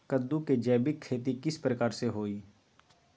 कददु के जैविक खेती किस प्रकार से होई?